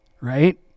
right